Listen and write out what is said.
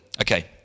okay